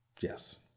Yes